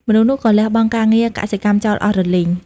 មនុស្សនោះក៏លះបង់ការងារកសិកម្មចោលអស់រលីង ។